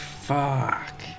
Fuck